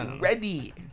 Ready